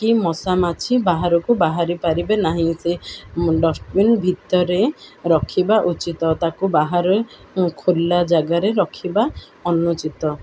କି ମଶା ମାଛି ବାହାରକୁ ବାହାରି ପାରିବେ ନାହିଁ ସେ ଡଷ୍ଟବିିନ ଭିତରେ ରଖିବା ଉଚିତ ତାକୁ ବାହାରେ ଖୋଲା ଜାଗାରେ ରଖିବା ଅନୁଚିତ